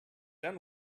then